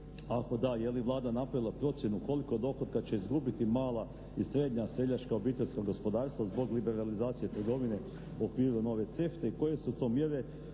Ako da, je li Vlada napravila procjenu koliko dohotka će izgubiti mala i srednja seljačka obiteljska gospodarstva zbog liberalizacije trgovine u okviru nove CEFTA-e i koje su to mjere